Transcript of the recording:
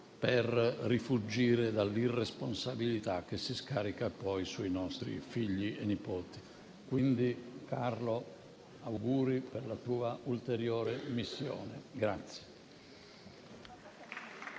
per rifuggire dall'irresponsabilità che si scarica poi sui nostri figli e nipoti. Quindi, Carlo, auguri per la tua ulteriore missione.